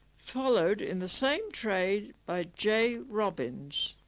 followed in the same trade by j robins